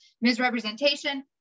Misrepresentation